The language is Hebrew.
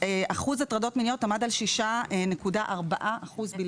שאחוז הטרדות מיניות עמד על 6.4% בלבד.